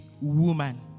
woman